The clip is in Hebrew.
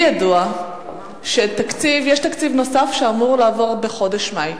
לי ידוע שיש תקציב נוסף שאמור לעבור בחודש מאי.